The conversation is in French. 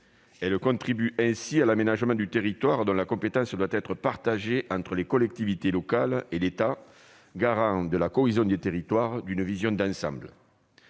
Elles contribuent ainsi à l'aménagement du territoire, dont la compétence doit être partagée entre les collectivités locales et l'État, garant de la cohésion des territoires et d'une vision d'ensemble.